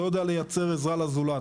לא יודע לייצר עזרה לזולת,